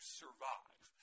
survive